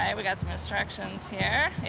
and we got some instructions here.